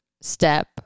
step